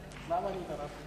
2 נתקבלו.